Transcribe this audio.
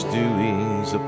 doings